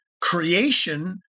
creation